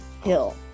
hill